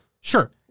Sure